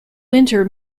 winter